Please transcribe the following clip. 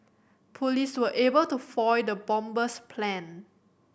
police were able to foil the bomber's plan